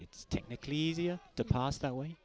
it's technically easier to pass that way